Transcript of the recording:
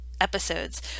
episodes